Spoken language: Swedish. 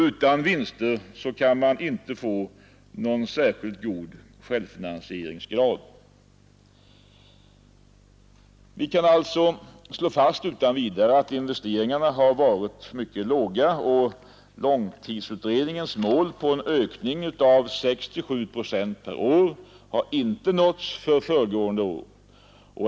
Utan vinster kan man inte få någon särskilt god självfinansieringsgrad. Vi kan alltså utan vidare slå fast att investeringarna har varit mycket låga, och långtidsutredningens mål på en ökning av 6—7 procent per år har inte nåtts för föregående år.